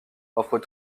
offrent